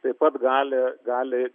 taip pat gali gali